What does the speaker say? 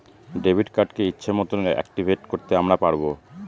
debit কার্ডকে ইচ্ছে মতন অ্যাকটিভেট করতে আমরা পারবো